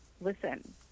listen